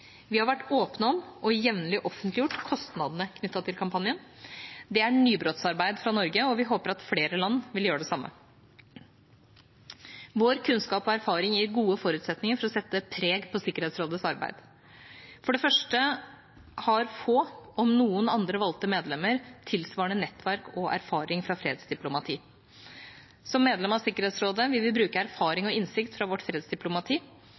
Vi har vært åpne om, og jevnlig offentliggjort, kostnadene knyttet til kampanjen. Det er nybrottsarbeid fra Norge, og vi håper at flere land vil gjøre det samme. Vår kunnskap og erfaring gir gode forutsetninger for å sette preg på Sikkerhetsrådets arbeid. For det første har få, om noen, andre valgte medlemmer tilsvarende nettverk og erfaring fra fredsdiplomati. Som medlem av Sikkerhetsrådet vil vi bruke erfaringer og innsikt fra vårt fredsdiplomati